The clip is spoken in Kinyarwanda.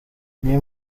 niyo